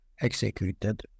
executed